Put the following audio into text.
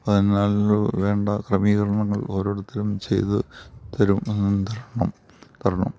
അതിനാൽ വേണ്ട ക്രമീകരണങ്ങൾ ഓരോരുത്തരും ചെയ്ത് തരും തരണം തരണം